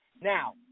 Now